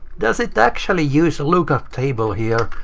does it actually use a lookup table here?